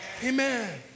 Amen